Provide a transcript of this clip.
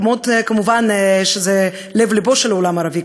כמובן מקומות שהם לב-לבו של העולם הערבי,